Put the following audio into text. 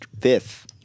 fifth